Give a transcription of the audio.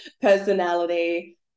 personality